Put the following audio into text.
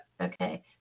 Okay